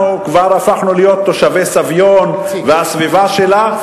אנחנו כבר הפכנו להיות תושבי סביון והסביבה שלה.